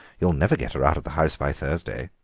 you'll never get her out of the house by thursday.